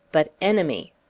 but enemy!